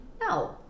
No